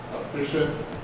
efficient